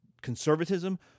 Conservatism